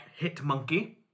Hitmonkey